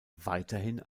weiterhin